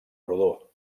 rodó